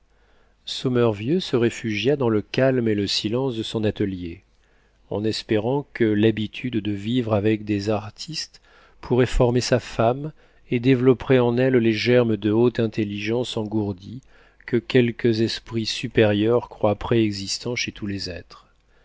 sociale sommervieux se réfugia dans le calme et le silence de son atelier en espérant que l'habitude de vivre avec des artistes pourrait former sa femme et développerait en elle les germes de haute intelligence engourdis que quelques esprits supérieurs croient préexistants chez tous les êtres